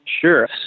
Sure